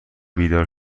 بیدار